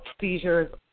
seizures